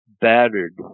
battered